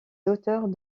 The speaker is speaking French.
hauteurs